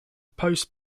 post